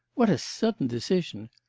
what a sudden decision!